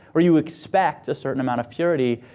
or you expect a certain amount of purity,